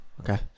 Okay